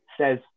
says